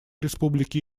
республики